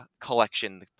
collection